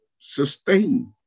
sustain